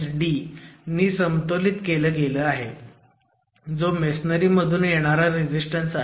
85fmt नी समतोलीत केलं गेलं जो मेसोनारी मधून येणारा रेझीस्टन्स आहे